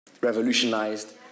revolutionized